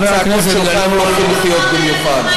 וגם הצעקות שלכם לא חינוכיות במיוחד.